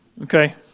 okay